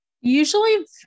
Usually